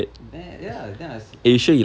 then ya then I say